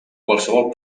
qualsevol